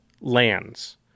Lands